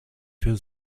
für